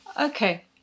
Okay